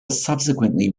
subsequently